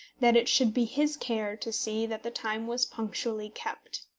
that it should be his care to see that the time was punctually kept.